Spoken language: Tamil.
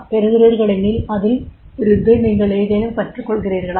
பெறுகிறீர்களெனில் அதிலிருந்து நீங்கள் ஏதேனும் கற்றுக்கொள்கிறீர்களா